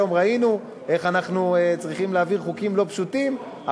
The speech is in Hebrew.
היום ראינו איך אנחנו צריכים להעביר חוקים לא פשוטים,